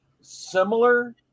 similar